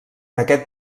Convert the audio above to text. aquest